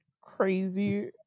crazy